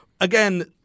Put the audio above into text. Again